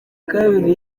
kabiri